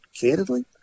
candidly